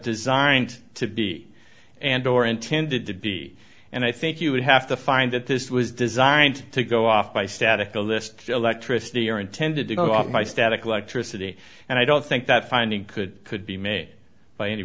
designed to be and or intended to be and i think you would have to find that this was designed to go off by static a list electricity or intended to go off by static electricity and i don't think that finding could could be made by any